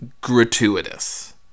gratuitous